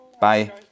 Bye